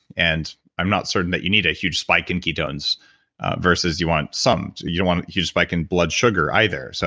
and i'm not certain that you need a huge spike in ketones versus you want some you don't want a huge spike in blood sugar either. so